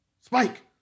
Spike